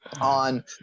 on